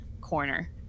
corner